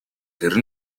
хэр